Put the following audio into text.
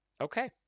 Okay